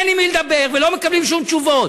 אין עם מי לדבר, ולא מקבלים שום תשובות.